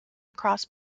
across